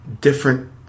different